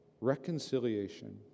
reconciliation